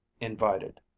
invited